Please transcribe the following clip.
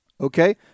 Okay